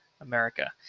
america